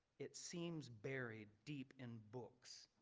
it seems buried deep in books.